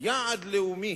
יעד לאומי,